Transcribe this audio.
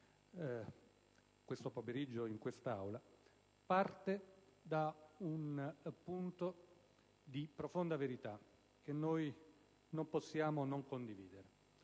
oggi pomeriggio in questa Aula parte da un punto di profonda verità che noi non possiamo non condividere.